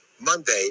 Monday